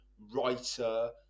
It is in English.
writer